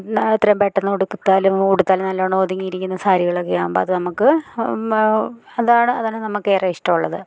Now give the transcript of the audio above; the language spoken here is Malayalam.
എത്രയും പെട്ടെന്ന് ഉടുത്താലും ഉടുത്താലും നല്ലോണം ഒതുങ്ങി ഇരിക്കുന്ന സാരികളൊക്കെ ആകുമ്പോൾ അത് നമുക്ക് അതാണ് അതാണ് നമുക്ക് ഏറെ ഇഷ്ടമുള്ളത്